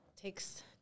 takes